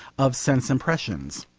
of sense impressions.